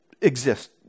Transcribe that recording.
exist